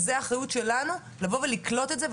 האחריות שלנו היא לקלוט את זה.